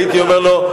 הייתי אומר לו: